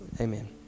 Amen